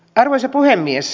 arvoisa puhemies